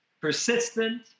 persistent